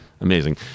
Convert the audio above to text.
Amazing